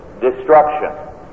destruction